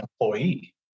employee